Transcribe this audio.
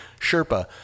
Sherpa